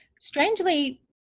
Strangely